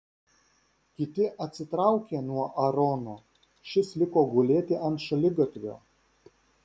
kiti atsitraukė nuo aarono šis liko gulėti ant šaligatvio